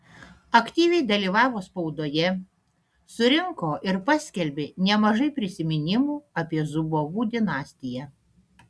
aktyviai dalyvavo spaudoje surinko ir paskelbė nemažai prisiminimų apie zubovų dinastiją